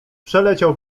przeleciał